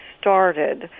started